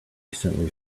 recently